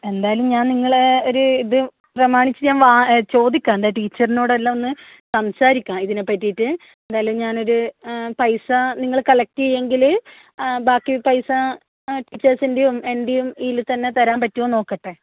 എന്തായാലും ഞാൻ നിങ്ങളെ ഒരു ഇത് പ്രമാണിച്ച് ഞാൻ ചോദിക്കാം എന്താ ടീച്ചർനോടെല്ലാം ഒന്ന് സംസാരിക്കാം ഇതിനെ പറ്റിയിട്ട് എന്തായാലും ഞാൻ ഒരു പൈസ നിങ്ങൾ കളക്ട് ചെയ്യുമെങ്കിൽ ബാക്കി പൈസ ടീച്ചേർസിൻ്റെയും എൻ്റെയും ഇതിൽ തന്നെ തരാൻ പറ്റുമോയെന്ന് നോക്കട്ടെ